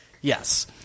Yes